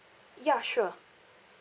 ya sure